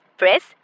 press